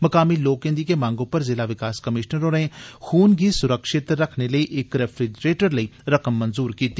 मकाली लोकें दी गै मंग पर जिला विकास कमीशनर होरें खून गी सुरक्षित रक्खने लेई इक रेफ्रिजरेटर लेई रकम मंजूर कीती